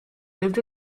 lived